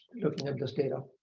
looking at this data.